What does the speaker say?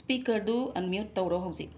ꯁ꯭ꯄꯤꯀꯔꯗꯨ ꯑꯟꯃ꯭ꯌꯨꯠ ꯇꯧꯔꯣ ꯍꯧꯖꯤꯛ